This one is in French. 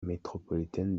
métropolitaine